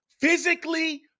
physically